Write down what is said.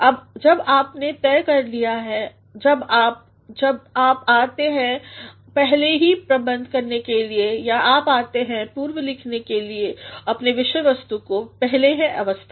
अब जब आपने तय कर लिया है जब आप जब आप आते हैं पहले ही प्रबंध करने के लिए या आप आते हैं पूर्व लिखनेअपने विषय वस्तुको पहलेहै व्यवस्था